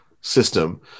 system